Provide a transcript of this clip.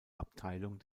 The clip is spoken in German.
abteilung